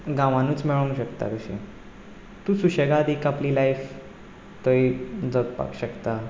गांवानूच मेळूंक शकता अशी तूं सुशेगाद एक आपली लायफ थंय जगपाक शकता